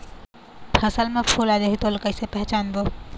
फसल म फूल आ जाही त ओला कइसे पहचानबो?